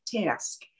task